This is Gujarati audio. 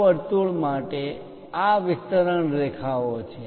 આ વર્તુળ માટે આ વિસ્તરણ રેખાઓ છે